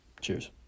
Cheers